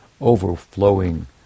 overflowing